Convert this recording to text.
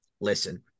listen